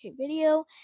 video